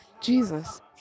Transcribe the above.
Jesus